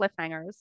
cliffhangers